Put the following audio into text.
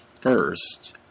first